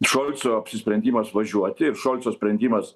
šolco apsisprendimas važiuoti ir šolčo sprendimas